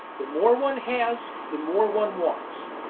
the more one has, the more one wants.